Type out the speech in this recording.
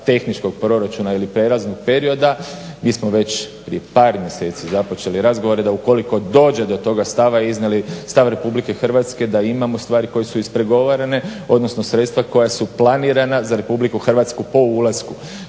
tehničkog proračuna ili prijelaznog perioda mi smo već prije par mjeseci započeli razgovore da ukoliko dođe do toga stava iznijeli stav Republike Hrvatske da imamo stvari koje su ispregovarane, odnosno sredstva koja su planirana za Republiku Hrvatsku po ulasku.